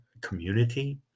community